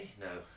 No